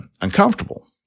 uncomfortable